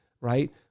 right